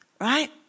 right